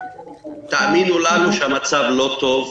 תאמינו לנו שהמצב לא טוב.